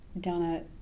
Donna